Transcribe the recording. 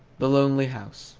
the lonely house